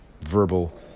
verbal